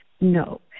No